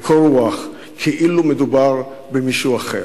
בקור רוח, כאילו מדובר במישהו אחר.